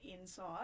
inside